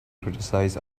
criticize